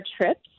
trips